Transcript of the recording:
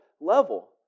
level